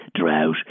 drought